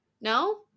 No